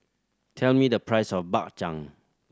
tell me the price of Bak Chang